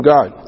God